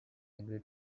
agree